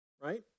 right